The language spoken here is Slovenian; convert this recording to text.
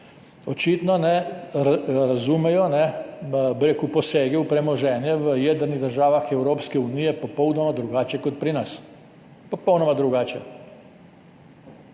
očitno razumejo posege v premoženje v jedrnih državah Evropske unije popolnoma drugače kot pri nas. Popolnoma drugače.